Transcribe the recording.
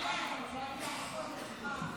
עאידה תומא סלימאן,